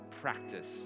Practice